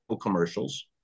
commercials